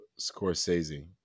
Scorsese